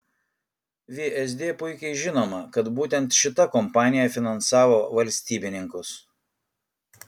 vsd puikiai žinoma kad būtent šita kompanija finansavo valstybininkus